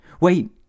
Wait